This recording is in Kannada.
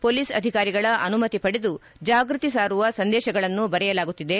ಮೊಲೀಸ್ ಅಧಿಕಾರಿಗಳ ಅಮಮತಿ ಪಡೆದು ಜಾಗೃತಿ ಸಾರುವ ಸಂದೇಶಗಳನ್ನು ಬರೆಯಲಾಗುತ್ತಿದೆ